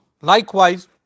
likewise